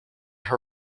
her